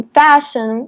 fashion